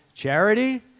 Charity